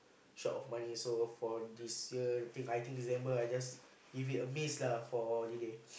short of money also for this year think I think December I just give it a miss lah for holiday